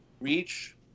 reach